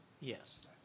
Yes